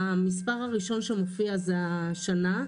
המספר הראשון שמופיע זה השנה,